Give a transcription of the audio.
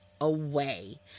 away